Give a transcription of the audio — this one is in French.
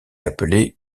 appelée